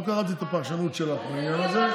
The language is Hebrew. לא קראתי את הפרשנות שלך בעניין הזה.